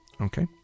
Okay